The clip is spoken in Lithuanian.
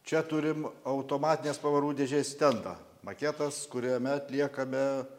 čia turim automatinės pavarų dėžės stendą maketas kuriame atliekame